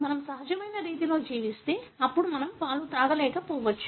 మనం సహజమైన రీతిలో జీవిస్తే అప్పుడు మనం పాలు తాగలేకపోవచ్చు